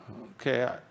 okay